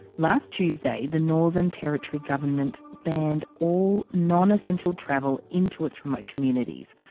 last tuesday, the northern territory government banned all non-essential travel into its remote communities.